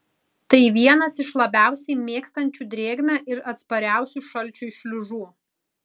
tai vienas iš labiausiai mėgstančių drėgmę ir atspariausių šalčiui šliužų